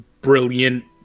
brilliant